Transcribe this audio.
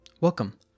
Welcome